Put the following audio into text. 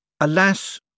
Alas